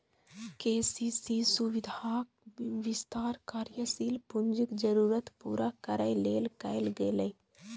KCC सुविधाक विस्तार कार्यशील पूंजीक जरूरत पूरा करै लेल कैल गेलै